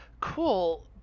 Cool